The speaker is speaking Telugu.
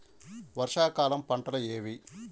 వర్షాకాలం పంటలు ఏవి?